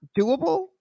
doable